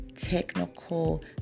technical